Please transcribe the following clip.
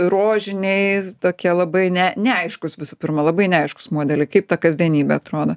rožiniai tokie labai ne neaiškūs visų pirma labai neaiškūs modeliai kaip ta kasdienybė atrodo